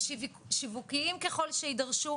ושיווקיים ככל שיידרשו,